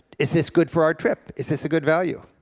is this good for our trip, is this a good value?